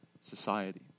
society